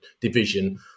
division